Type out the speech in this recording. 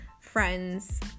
friends